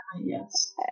yes